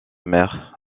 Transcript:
mère